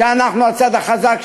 טוב שאנחנו הצד החזק,